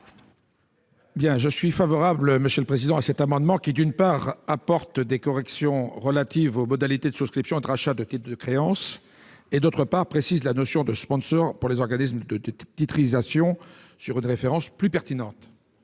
Je suis favorable à cet amendement, qui tend, d'une part, à apporter des corrections relatives aux modalités de souscription et de rachat de titres de créances, et, d'autre part, à préciser la notion de « sponsor » pour les organismes de titrisation, avec une référence plus pertinente.